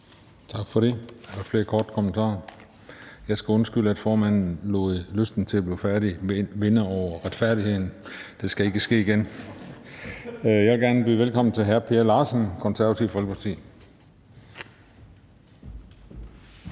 Tak for det. Der er ikke flere korte bemærkninger. Jeg skal undskylde, at formanden lod lysten til at blive færdig vinde over retfærdigheden. Det skal ikke ske igen. Jeg vil gerne byde velkommen til hr. Per Larsen, Det Konservative Folkeparti.